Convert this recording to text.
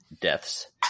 deaths